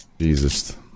Jesus